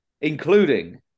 including